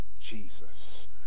jesus